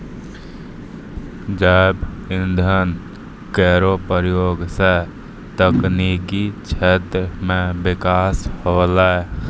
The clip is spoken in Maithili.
जैव इंधन केरो प्रयोग सँ तकनीकी क्षेत्र म बिकास होलै